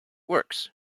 works